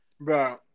bro